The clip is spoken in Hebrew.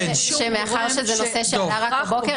מאחר שזה נושא שעלה רק בבוקר,